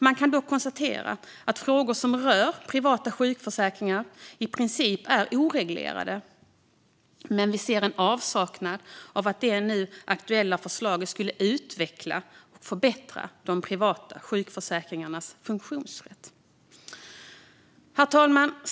Man kan dock konstatera att frågor som rör privata sjukvårdsförsäkringar i princip är oreglerade, men vi ser inte att det nu aktuella förslaget skulle utveckla och förbättra de privata sjukförsäkringarnas funktionssätt. Herr talman!